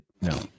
no